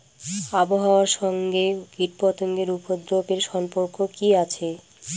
আবহাওয়ার সঙ্গে কীটপতঙ্গের উপদ্রব এর সম্পর্ক কি আছে?